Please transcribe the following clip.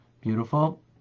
beautiful